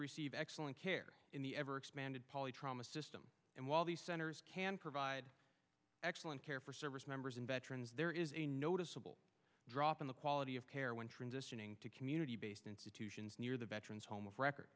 receive excellent care in the ever expanding poly trauma system and while these centers can provide excellent care for service members and veterans there is a noticeable drop in the quality of care when transitioning to community based institutions near the veterans home